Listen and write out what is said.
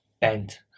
bent